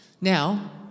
Now